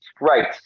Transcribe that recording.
right